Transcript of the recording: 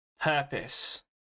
purpose